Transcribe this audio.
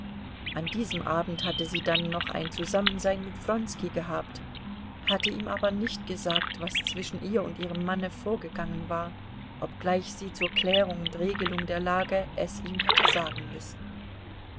an diesem abend hatte sie dann noch ein zusammensein mit wronski gehabt hatte ihm aber nicht gesagt was zwischen ihr und ihrem manne vorgegangen war obgleich sie zur klärung und regelung der lage es ihm hätte sagen müssen